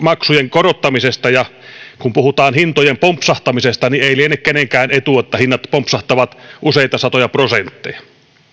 korottamisesta ja kun puhutaan hintojen pompsahtamisesta niin ei liene kenenkään etu että hinnat pompsahtavat useita satoja prosentteja